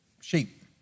sheep